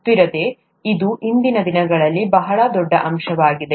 ಸುಸ್ಥಿರತೆ ಇದು ಇಂದಿನ ದಿನಗಳಲ್ಲಿ ಬಹಳ ದೊಡ್ಡ ಅಂಶವಾಗಿದೆ